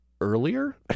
earlier